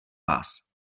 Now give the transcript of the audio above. vás